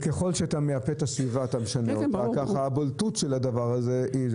זה אירוע שילווה אותנו לפחות 50, 70, 80 שנה.